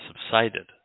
subsided